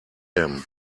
him